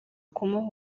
kumuha